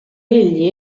egli